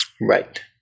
Right